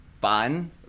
fun